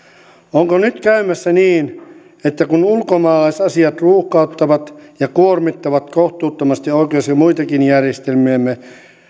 onko nyt käymässä niin että kun ulkomaalaisasiat ruuhkauttavat ja kuormittavat kohtuuttomasti oikeus ja muitakin järjestelmiämme